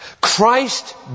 Christ